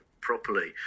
properly